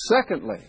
secondly